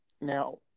Now